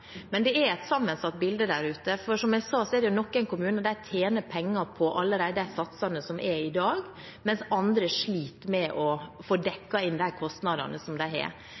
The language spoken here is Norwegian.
men det er et sammensatt bilde, for som jeg sa, tjener noen kommuner allerede penger med de satsene som er i dag, mens andre sliter med å få dekket inn kostnadene.